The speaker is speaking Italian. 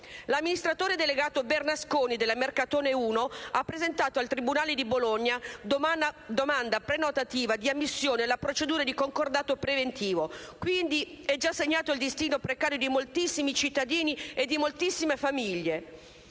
L'amministratore delegato di Mercatone Uno, Bernasconi, ha presentato al tribunale di Bologna domanda prenotativa di ammissione alla procedura di concordato preventivo. È già, quindi, segnato il destino precario di moltissimi cittadini e moltissime famiglie.